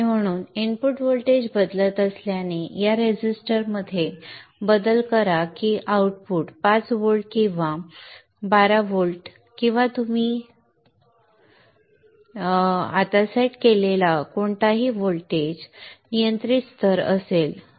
म्हणून input voltage बदलत असल्याने या रेझिस्टर मध्ये बदल करा की आउटपुट 5 व्होल्ट किंवा 12 व्होल्ट किंवा तुम्ही आता सेट केलेला कोणताही व्होल्टेज नियंत्रित स्तर असेल